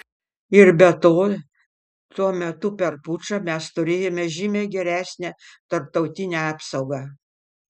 ir be to tuo metu per pučą mes turėjome žymiai geresnę tarptautinę apsaugą